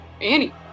Annie